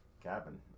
Cabin